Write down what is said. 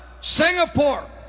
Singapore